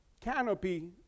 canopy